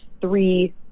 three